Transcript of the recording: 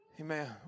Amen